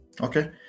Okay